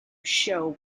show